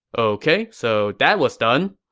ok, so that was done.